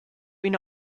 ina